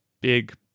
big